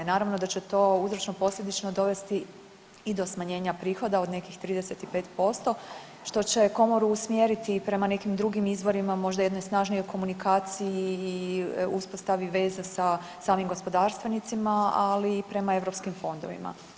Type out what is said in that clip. Naravno da će to uzročno posljedično dovesti i do smanjenja prihoda od nekih 35% što će komoru usmjeriti i prema nekim drugim izvorima, možda jednoj snažnijoj komunikaciji i uspostavi veza sa samim gospodarstvenicima, ali i prema Europskim fondovima.